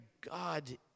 God